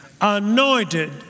anointed